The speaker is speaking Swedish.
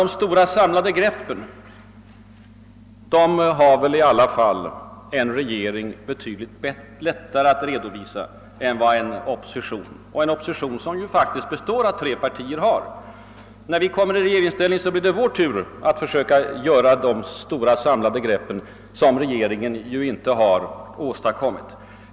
»Det stora samlade greppet» har en regering betydligt lättare att redovisa än en opposition — en opposition som faktiskt består av tre partier. När vi kommer i regeringsställning blir det vår tur att redovisa de stora samlade greppen, som den nuvarande regeringen inte har åstadkommit.